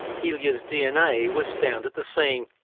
hillier s dna was found at the scene.